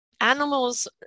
animals